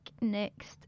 next